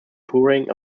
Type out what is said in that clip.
touring